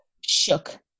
shook